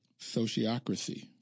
Sociocracy